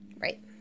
Right